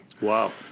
Wow